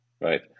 Right